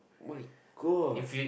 oh my god